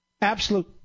Absolute